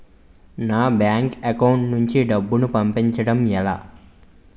నా bank account నుంచి డబ్బును పంపించడం ఎలా?